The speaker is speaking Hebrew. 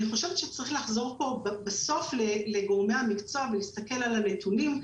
אני חושבת שצריך לחזור פה בסוף לגורמי המקצוע ולהסתכל על הנתונים.